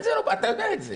אתה יודע את זה.